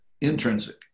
intrinsic